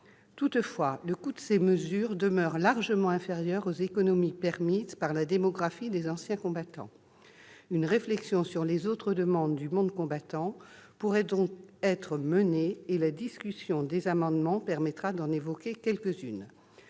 Toutefois, le coût de ces mesures demeure largement inférieur aux économies permises par la démographie des anciens combattants. Une réflexion sur les autres demandes du monde combattant pourrait donc être menée ; la discussion des amendements permettra d'en évoquer quelques-unes.